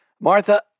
Martha